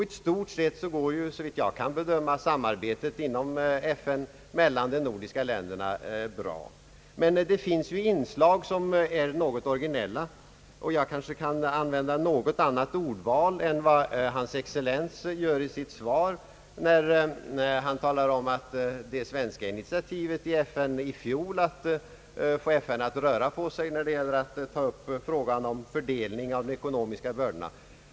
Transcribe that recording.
I stort sett går också, såvitt jag kan bedöma, samarbetet mellan de nordiska länderna i FN bra, Men det finns inslag som är något originella — jag kanske kan använda ett något annat ordval än vad hans excellens gör i sitt svar, när han talar om det svenska initiativet i FN i fjol att få FN att röra på sig när det gäller frågan om fördelning av de ekonomiska bördorna.